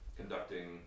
conducting